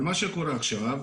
אבל מה שקורה עכשיו,